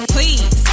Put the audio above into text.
Please